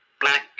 black